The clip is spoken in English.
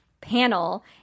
Panel